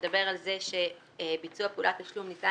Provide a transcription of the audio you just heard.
שמדבר על זה שביצוע פעולת תשלום ניתן